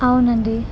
అవునండి